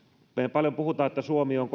paljon puhutaan että suomi on